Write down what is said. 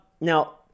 now